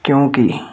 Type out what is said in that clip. ਕਿਉਂਕਿ